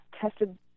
tested